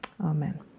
Amen